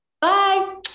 Bye